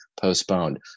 postponed